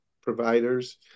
providers